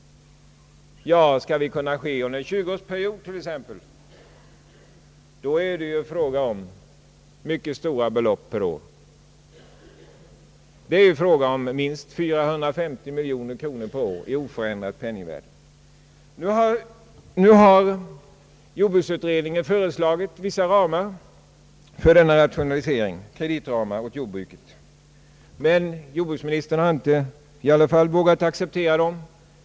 Ja, skall det kunna ske under t.ex. en tjugoårsperiod är det fråga om mycket stora belopp per år. Det rör sig om minst 450 miljoner kronor per år i oförändrat penningvärde. Nu har jordbruksutredningen föreslagit 280 miljoner kronor per år för denna rationalisering i kreditramar, men jordbruksministern har ändå inte vågat acceptera dem.